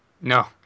no